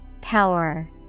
Power